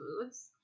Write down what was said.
foods